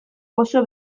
oso